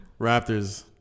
Raptors